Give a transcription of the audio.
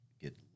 get